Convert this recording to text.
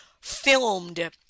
filmed